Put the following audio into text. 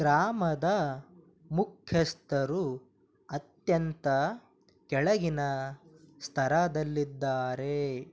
ಗ್ರಾಮದ ಮುಖ್ಯಸ್ಥರು ಅತ್ಯಂತ ಕೆಳಗಿನ ಸ್ಥರದಲ್ಲಿ ಇದ್ದಾರೆ